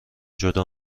جدا